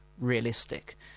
realistic